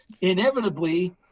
inevitably